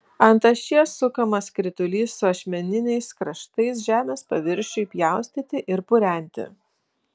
ant ašies sukamas skritulys su ašmeniniais kraštais žemės paviršiui pjaustyti ir purenti